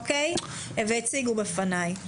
והציגו בפניי,